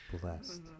Blessed